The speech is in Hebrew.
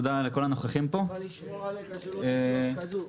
תודה לכל הנוכחים פה --- אני בא לשמור עליך שלא תפלוט כדור...